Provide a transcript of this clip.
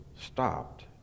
stopped